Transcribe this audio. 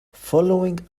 following